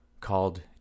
called